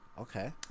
okay